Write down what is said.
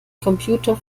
computer